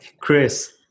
Chris